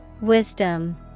Wisdom